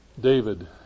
David